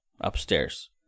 upstairs